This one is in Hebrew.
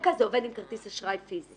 ברקע זה עובד עם כרטיס אשראי פיזי